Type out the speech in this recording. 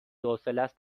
حوصلست